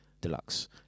Deluxe